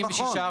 לא נכון.